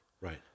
Right